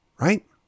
Right